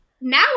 now